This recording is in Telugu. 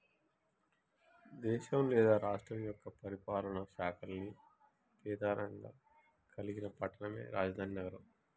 దేశం లేదా రాష్ట్రం యొక్క పరిపాలనా శాఖల్ని ప్రెధానంగా కలిగిన పట్టణమే రాజధాని నగరం